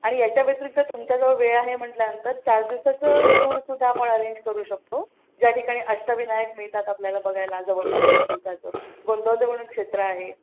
आणि याच्या व्यतिरिक्त तुमच्याजवळ वेळ आहे म्हटल्यानंतर चार दिवसाचं टूरसुद्धा आपण अरेंज करू शकतो ज्या ठिकाणी अष्टविनायक मिळतात आपल्याला बघायला जवळपास एक दिवसाचं गोंदवले म्हणून क्षेत्र आहे